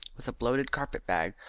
with a bloated carpet-bag,